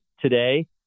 today